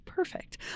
Perfect